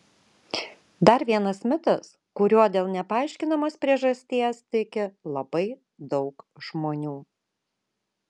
dar vienas mitas kuriuo dėl nepaaiškinamos priežasties tiki labai daug žmonių